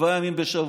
שבעה ימים בשבוע.